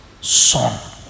son